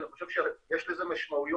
אני חושב שיש לזה משמעויות